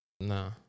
nah